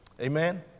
Amen